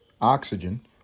oxygen